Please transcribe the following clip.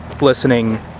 listening